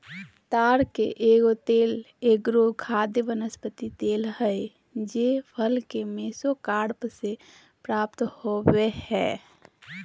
ताड़ के तेल एगो खाद्य वनस्पति तेल हइ जे फल के मेसोकार्प से प्राप्त हो बैय हइ